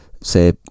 say